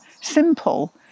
simple